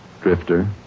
Drifter